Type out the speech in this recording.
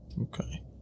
Okay